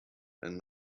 and